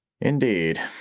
Indeed